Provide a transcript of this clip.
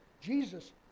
Jesus